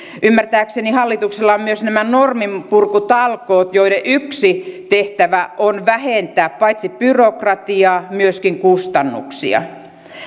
ymmärtääkseni hallituksella ovat myös nämä norminpurkutalkoot joiden yksi tehtävä on vähentää paitsi byrokratiaa myöskin kustannuksia